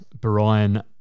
Brian